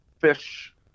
fish